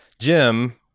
jim